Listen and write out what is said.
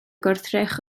gwrthrych